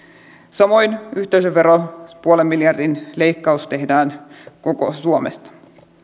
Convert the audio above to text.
samoin yhteisöveron puolen miljardin leikkaus tehdään koko suomesta